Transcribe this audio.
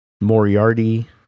Moriarty